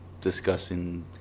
discussing